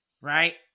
right